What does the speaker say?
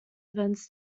events